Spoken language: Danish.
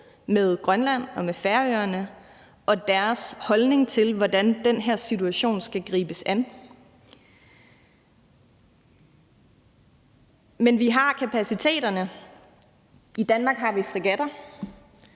med Grønland og med Færøerne og deres holdning til, hvordan den her situation skal gribes an. Men vi har kapaciteterne. I Danmark har vi fregatter,